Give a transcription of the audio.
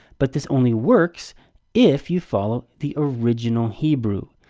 but this only works if you follow the original hebrew,